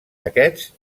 aquests